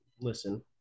Listen